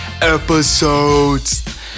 episodes